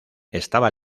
estaba